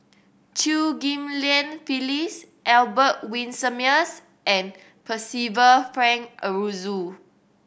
Chew Ghim Lian Phyllis Albert Winsemius and Percival Frank Aroozoo